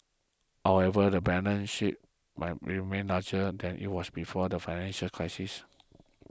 however the balance sheet might remain larger than it was before the financial crisis